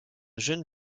jeune